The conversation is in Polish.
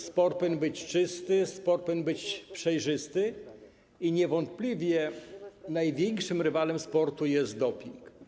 Sport powinien być czysty, sport powinien być przejrzysty i niewątpliwie największym rywalem sportu jest doping.